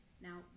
Now